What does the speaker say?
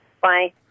Bye